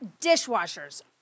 dishwashers